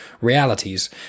realities